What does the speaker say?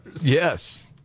Yes